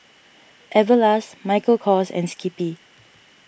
Everlast Michael Kors and Skippy